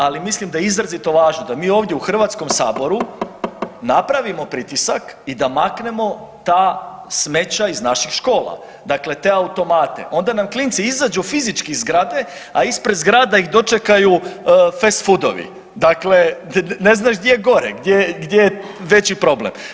Ali mislim da je izrazito važno da mi ovdje u HS-u napravimo pritisak i da maknemo ta smeća iz naših škola, dakle te automate, onda nam klinci izađu fizički iz zgrade, a ispred zgrada ih dočekaju fast foodovi, dakle ne znaš gdje je gore, gdje je veći problem.